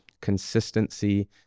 Consistency